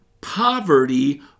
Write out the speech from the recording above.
poverty